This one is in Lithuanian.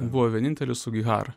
buvo vienintelis sugihara